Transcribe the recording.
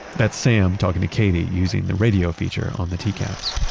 that's sam talking to katie using the radio feature on the tcaps